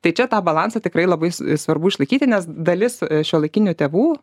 tai čia tą balansą tikrai labai svarbu išlaikyti nes dalis šiuolaikinių tėvų